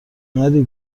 نری